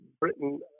Britain